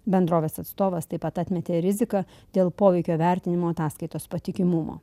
bendrovės atstovas taip pat atmetė riziką dėl poveikio vertinimo ataskaitos patikimumo